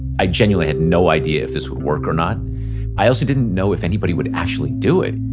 i genuinely had no idea if this would work or not i also didn't know if anybody would actually do it.